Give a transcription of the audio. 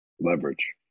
Leverage